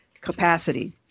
capacity